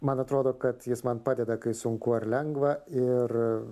man atrodo kad jis man padeda kai sunku ar lengva ir